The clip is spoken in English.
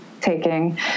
taking